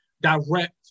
direct